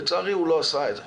לצערי הוא לא עשה את זה.